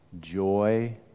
joy